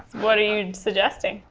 what are you suggesting?